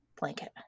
blanket